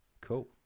Cool